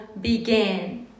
began